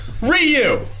Ryu